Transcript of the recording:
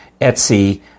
Etsy